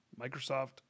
Microsoft